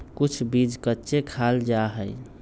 कुछ बीज कच्चे खाल जा हई